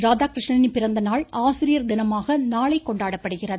ராதாகிருஷ்ணனின் பிறந்த நாள் ஆசிரியர் தினமாக நாளை கொண்டாடப்படுகிறது